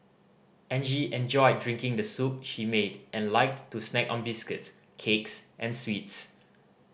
Angie enjoyed drinking the soup she made and liked to snack on biscuits cakes and sweets